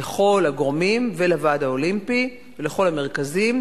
לכל הגורמים ולוועד האולימפי ולכל המרכזים,